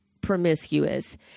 promiscuous